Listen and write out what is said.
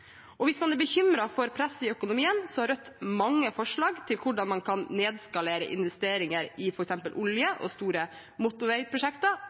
Hvis man er bekymret for press i økonomien, har Rødt mange forslag til hvordan man kan nedskalere investeringer i f.eks. olje og store motorveiprosjekter,